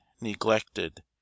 neglected